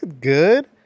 good